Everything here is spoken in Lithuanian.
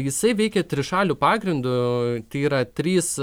jisai veikia trišaliu pagrindu tai yra trys